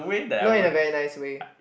not in a very nice way